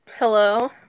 Hello